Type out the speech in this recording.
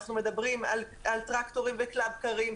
אנחנו מדברים על טרקטורים וקלאב קארים.